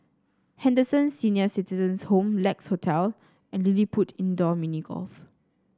Henderson Senior Citizens' Home Lex Hotel and LilliPutt Indoor Mini Golf